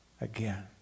again